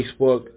Facebook